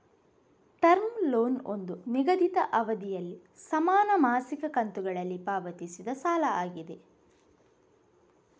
term loan ಒಂದು ನಿಗದಿತ ಅವಧಿನಲ್ಲಿ ಸಮಾನ ಮಾಸಿಕ ಕಂತುಗಳಲ್ಲಿ ಪಾವತಿಸಿದ ಸಾಲ ಆಗಿದೆ